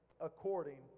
according